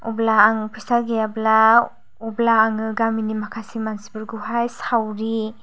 अब्ला आं फैसा गैयाब्ला अब्ला आङो गामिनि माखासे मानसिफोरखौहाय सावरि